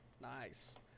Nice